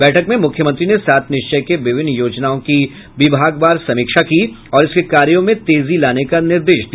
बैठक में मुख्यमंत्री ने सात निश्चय के विभिन्न योजनाओं की विभागवार समीक्षा की और इसके कार्यों में तेजी लाने का निर्देश दिया